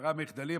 עשרה מחדלים?